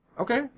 Okay